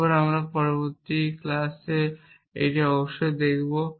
এবং আমরা পরবর্তী ক্লাসে এটি অবশ্যই দেখব